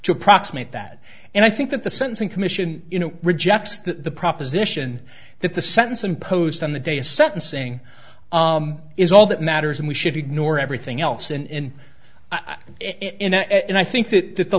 to approximate that and i think that the sentencing commission you know rejects the proposition that the sentence imposed on the day a sentencing is all that matters and we should ignore everything else in it and i think that that the